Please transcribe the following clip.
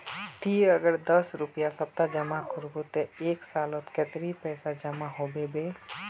ती अगर दस रुपया सप्ताह जमा करबो ते एक सालोत कतेरी पैसा जमा होबे बे?